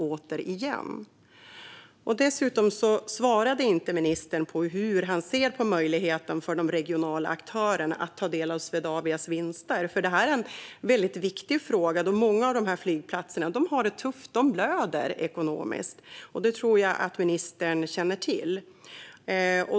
Ministern svarade inte heller på hur han ser på möjligheten för de regionala aktörerna att ta del av Swedavias vinster. Detta är en viktig fråga då många av dessa flygplatser har det tufft. De blöder ekonomiskt, och det tror jag att ministern känner till.